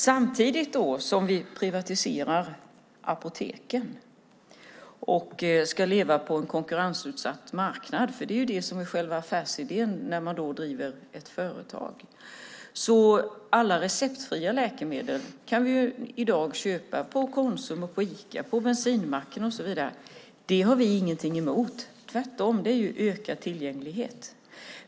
Samtidigt som vi privatiserar apoteken och låter dem leva på en konkurrensutsatt marknad - det är ju det som är själva affärsidén - kan man i dag köpa alla receptfria läkemedel på Konsum, Ica eller bensinmacken. Det har vi inget emot. Tvärtom innebär det ökad tillgänglighet.